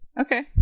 Okay